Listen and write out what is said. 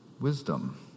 wisdom